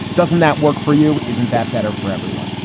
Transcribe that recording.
doesn't that work for you? isn't that better for everyone?